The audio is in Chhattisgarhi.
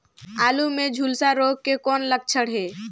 आलू मे झुलसा रोग के कौन लक्षण हे?